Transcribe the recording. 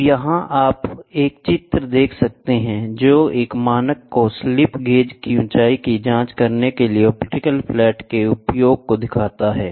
तो यहां आप एक चित्र देख सकते हैं जो एक मानक को स्लिप गेज की ऊंचाई की जांच करने के लिए ऑप्टिकल फ्लैट के उपयोग को दिखाता है